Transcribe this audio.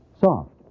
soft